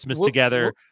together